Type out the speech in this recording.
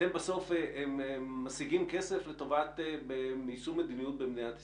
ברור שאתם משיגים את הכסף לטובת יישום מדיניות במדינת ישראל.